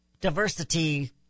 diversity